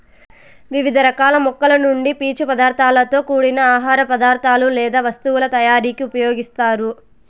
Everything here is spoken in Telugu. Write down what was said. వివిధ రకాల మొక్కల నుండి పీచు పదార్థాలతో కూడిన ఆహార పదార్థాలు లేదా వస్తువుల తయారీకు ఉపయోగిస్తారు